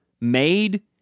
made